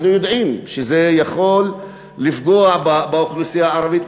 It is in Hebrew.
יודעים שזה יכול לפגוע באוכלוסייה הערבית,